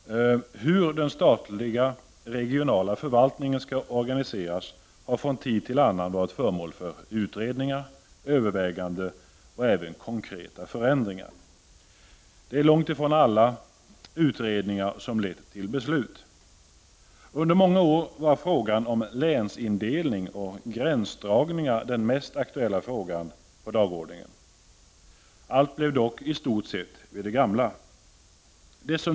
Herr talman! Hur den statliga regionala förvaltningen skall organiseras har från tid till annan varit föremål för utredningar, överväganden och konkreta förändringar. Det är långt ifrån alla utredningar som har lett till beslut. Under många år var frågan om länsindelning och gränsdragningar den mest aktuella frågan på dagordningen. Allt blev dock i stort sett vid det gamla.